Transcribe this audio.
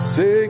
Say